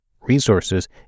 resources